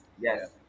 yes